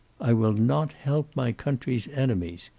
i will not help my country's enemies,